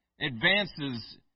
advances